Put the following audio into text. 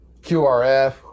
QRF